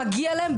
מגיע להם,